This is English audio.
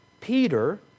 Peter